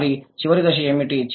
మరి చివరి దశ ఏమిటి